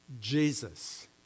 Jesus